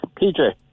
PJ